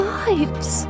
lives